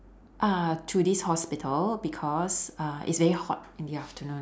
uh to this hospital because uh it's very hot in the afternoon